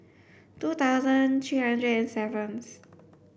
two thousand three hundred and seventh